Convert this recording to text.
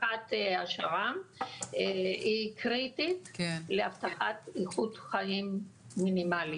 היא קריטית להבטחת איכות חיים מינימלית.